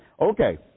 Okay